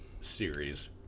series